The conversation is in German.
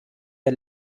der